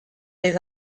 les